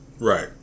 Right